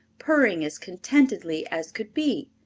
purring as contentedly as could be.